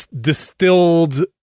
distilled